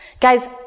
Guys